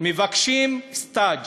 מבקשים סטאז'.